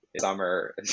Summer